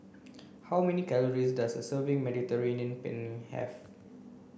how many calories does a serving of Mediterranean Penne have